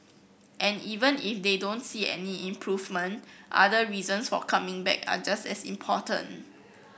and even if they don't see any improvement other reasons for coming back are just as important